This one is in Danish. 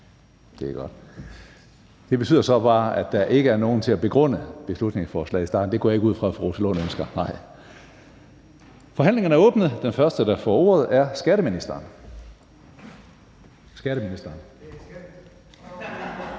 Det betyder så bare, at der ikke er nogen til at begrunde beslutningsforslaget. Det går jeg ikke ud fra at fru Rosa Lund ønsker. Forhandlingen er åbnet, og den første, der får ordet, er skatteministeren. Velkommen